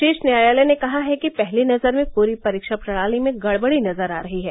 शीर्ष न्यायालय ने कहा है कि पहली नजर में पूरी परीक्षा प्रणाली में गड़बड़ी नजर आ रही है